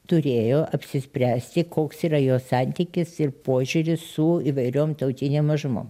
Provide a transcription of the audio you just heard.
turėjo apsispręsti koks yra jos santykis ir požiūris su įvairiom tautinėm mažumom